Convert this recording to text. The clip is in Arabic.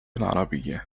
العربية